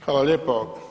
Hvala lijepo.